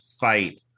fight